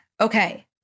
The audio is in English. okay